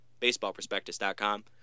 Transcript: BaseballProspectus.com